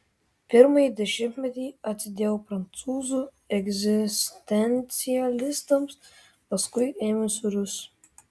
pirmąjį dešimtmetį atsidėjau prancūzų egzistencialistams paskui ėmiausi rusų